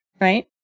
right